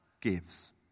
gives